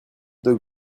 deux